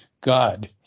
God